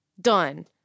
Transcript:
Done